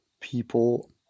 people